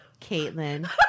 Caitlin